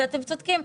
ואתם צודקים.